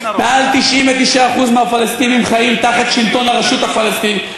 מעל 99% מהפלסטינים חיים תחת שלטון הרשות הפלסטינית,